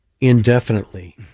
Indefinitely